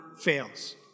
fails